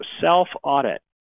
self-audit